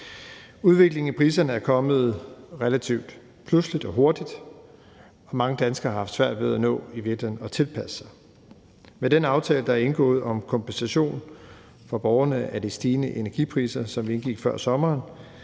Udviklingen i priserne er kommet relativt pludseligt og hurtigt, og mange danskere har haft svært ved at nå at tilpasse sig. Med den aftale, der er indgået om kompensation af borgerne for de stigende energipriser, som vi indgik før sommeren,